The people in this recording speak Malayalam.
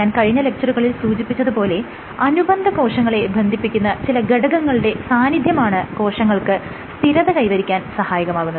ഞാൻ കഴിഞ്ഞ ലെക്ച്ചറുകളിൽ സൂചിപ്പിച്ചത് പോലെ അനുബന്ധ കോശങ്ങളെ ബന്ധിപ്പിക്കുന്ന ചില ഘടകങ്ങളുടെ സാന്നിധ്യമാണ് കോശങ്ങൾക്ക് സ്ഥിരത കൈവരിക്കാൻ സഹായകമാകുന്നത്